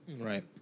Right